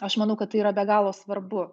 aš manau kad tai yra be galo svarbu